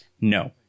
No